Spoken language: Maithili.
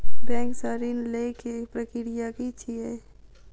बैंक सऽ ऋण लेय केँ प्रक्रिया की छीयै?